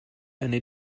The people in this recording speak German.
eine